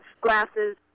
glasses